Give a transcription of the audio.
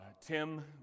Tim